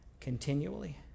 continually